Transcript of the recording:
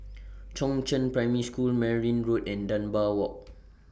Chongzheng Primary School Merryn Road and Dunbar Walk